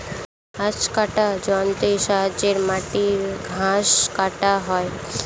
hedge কাটার যন্ত্রের সাহায্যে মাটির ঘাস কাটা হয়